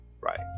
Right